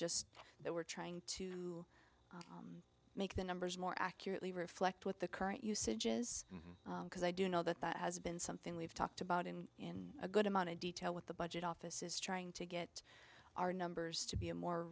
just that we're trying to make the numbers more accurately reflect what the current usage is because i do know that that has been something we've talked about in in a good amount of detail with the budget office is trying to get our numbers to be a more